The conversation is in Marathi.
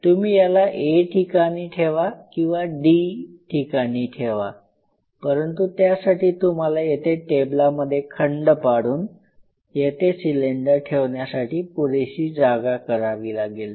तुम्ही याला या A ठिकाणी ठेवा किंवा D ठिकाणी ठेवा परंतु त्यासाठी तुम्हाला येथे टेबलामध्ये खंड पाडून येथे सिलेंडर ठेवण्यासाठी पुरेशी जागा करावी लागेल